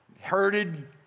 herded